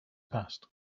passed